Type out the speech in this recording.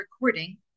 recording